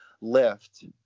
lift